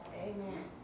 Amen